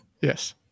Yes